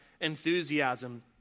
enthusiasm